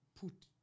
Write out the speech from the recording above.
put